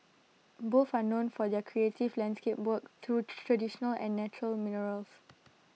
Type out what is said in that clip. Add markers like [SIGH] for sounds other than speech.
both are known for their creative landscape work through [NOISE] traditional and natural minerals